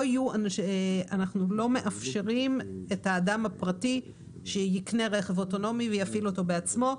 אנחנו לא מאפשרים לאדם פרטי לקנות רכב אוטונומי ולהפעיל אותו בעצמו,